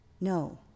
No